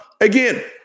Again